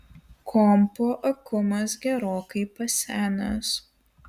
kompo akumas gerokai pasenęs